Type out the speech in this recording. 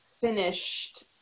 finished